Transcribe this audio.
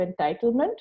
entitlement